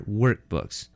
workbooks